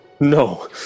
No